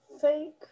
Fake